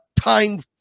time